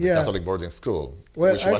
yeah catholic boarding school. right?